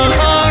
heart